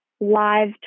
live